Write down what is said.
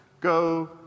go